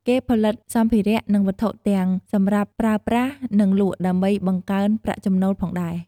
គេផលិតសម្ផារៈនិងវត្ថុទាំងសម្រាប់ប្រើប្រាសនិងលក់ដើម្បីបង្កើនប្រាក់ចំណូលផងដែរ។